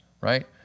right